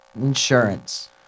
Insurance